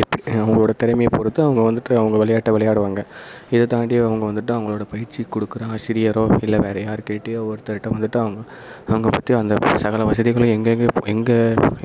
எப்படி அவங்களோட திறமையை பொருத்து அவங்க வந்துவிட்டு அவங்க விளையாட்டை விளையாடுவாங்க இதை தாண்டி அவங்க வந்துவிட்டு அவங்களோட பயிற்சிக்கு கொடுக்குற ஆசிரியரோ இல்லை வேறு யார்க்கிட்டையோ ஒருத்தர்கிட்ட வந்துவிட்டு அவங்க அவங்க பற்றி அந்த சகல வசதிகளும் எங்கெங்கே எங்கே